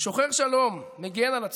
שוחר שלום ומגן על עצמו,